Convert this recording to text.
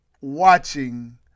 watching